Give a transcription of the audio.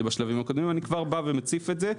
זה בשלבים הקודמים - אני כבר מציף את זה.